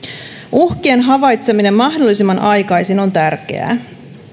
uhkien havaitseminen mahdollisimman aikaisin on tärkeää